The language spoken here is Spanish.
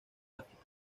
áfrica